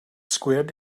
squid